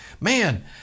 Man